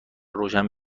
روشن